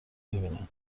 ببینن